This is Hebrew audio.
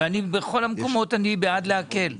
בכל המקומות אני בעד להקל.